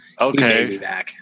okay